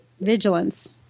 vigilance